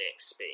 XP